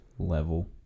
level